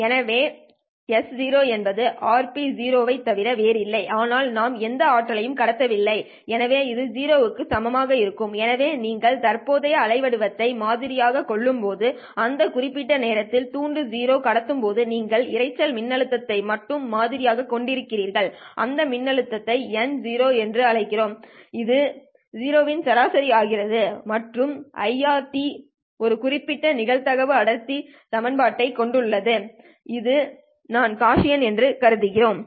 ஏனெனில் s0 என்பது RP0r ஐத் தவிர வேறில்லை ஆனால் நாம் எந்த ஆற்றலையும் கடத்தவில்லை எனவே இது 0 க்கு சமமாக இருக்கும் எனவே நீங்கள் தற்போதைய அலைவடிவத்தை மாதிரி ஆக கொள்ளும்போது அந்த குறிப்பிட்ட நேரத்தில் துண்டு 0 கடத்தும் போது நீங்கள் இரைச்சல் மின்னழுத்தத்தை மட்டுமே மாதிரி ஆக கொண்டிருக்கிறீர்கள் அந்த மின்னழுத்தத்தை n0 என்று அழைக்கிறோம் இது ௦ சராசரி ஆகிறது மற்றும் irt ஒரு குறிப்பிட்ட நிகழ்தகவு அடர்த்தி செயல்பாட்டை கொண்டுள்ளது இதை நாம் காஸியன் என்று கருதுகிறோம்